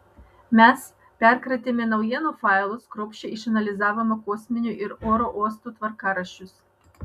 mes perkratėme naujienų failus kruopščiai išanalizavome kosminių ir oro uostų tvarkaraščius